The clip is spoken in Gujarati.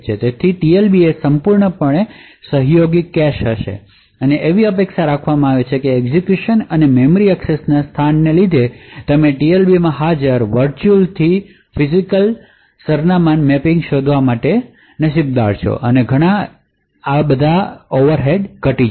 તેથી TLB એ અસોસીયેટિવ કેશ હશે અને એવી અપેક્ષા રાખવામાં આવે છે કે એક્ઝેક્યુશન અને મેમરી એક્સેસ ના સ્થાનને લીધે તમે TLB માં હાજર વર્ચ્યુઅલથી ફિજિકલસરનામાંની મેપિંગ શોધવા માટે ખૂબ નસીબદાર છો અને ઘણા બધા ઓવરહેડ્સ ઘટશે